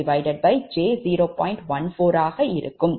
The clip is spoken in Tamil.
14 ஆக இருக்கும்